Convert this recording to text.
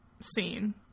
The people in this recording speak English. scene